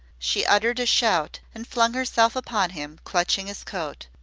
she uttered a shout and flung herself upon him, clutching his coat.